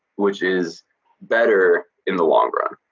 which is better in the long run.